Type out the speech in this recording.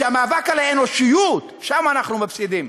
שבמאבק על האנושיות, שם אנחנו מפסידים.